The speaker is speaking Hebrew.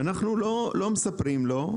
אנחנו לא מספרים לו.